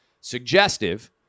suggestive